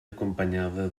acompanyada